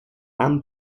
and